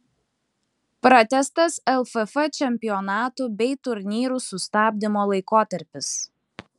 pratęstas lff čempionatų bei turnyrų sustabdymo laikotarpis